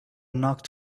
knocked